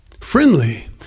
Friendly